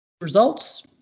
results